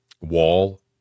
wall